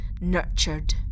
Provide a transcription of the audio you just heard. nurtured